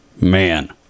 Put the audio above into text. man